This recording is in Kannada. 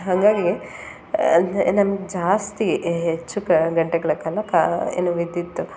ಹಾಗಾಗಿ ಅಂದರೆ ನಮ್ಮ ಜಾಸ್ತಿ ಹೆಚ್ಚು ಗಂಟೆಗಳ ಕಾಲ ಕಾ ಏನು ವಿದ್ಯುತ್ತು